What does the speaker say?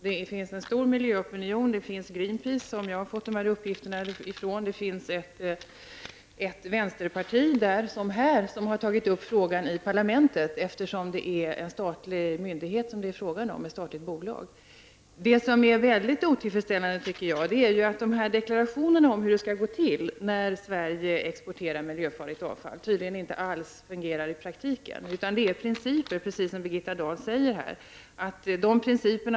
Miljöopinionen är stor, där finns Greenpeace, som jag har fått dessa uppgifter ifrån, och där -- liksom här -- finns ett vänsterparti som har tagit upp frågan i parlamentet, eftersom det rör sig om ett statligt bolag. Jag tycker att det är väldigt otillfredsställande att dessa deklarationer om hur det skall gå till när Sverige exporterar miljöfarligt avfall tydligen inte alls fungerar i praktiken, utan det är -- precis som Birgitta Dahl säger -- fråga om principer.